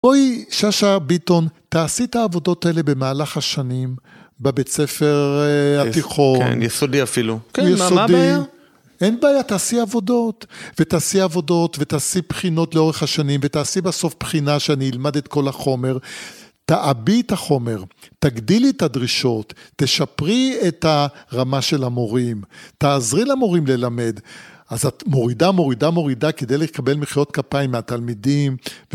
אוי, ששה- ביטון, תעשי את העבודות האלה במהלך השנים בבית ספר התיכון. כן, יסודי אפילו. כן, מה הבעיה? אין בעיה, תעשי עבודות ותעשי עבודות ותעשי בחינות לאורך השנים ותעשי בסוף בחינה שאני אלמד את כל החומר. תאבי את החומר, תגדילי את הדרישות, תשפרי את הרמה של המורים, תעזרי למורים ללמד, אז את מורידה, מורידה, מורידה כדי לקבל מחיאות כפיים מהתלמידים.